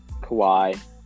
Kawhi